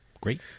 Great